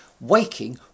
waking